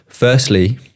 Firstly